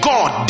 God